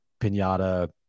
pinata